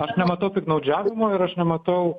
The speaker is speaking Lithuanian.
aš nematau piktnaudžiavimo ir aš nematau